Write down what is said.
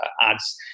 ads